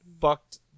fucked